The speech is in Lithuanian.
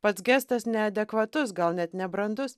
pats gestas neadekvatus gal net nebrandus